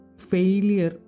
Failure (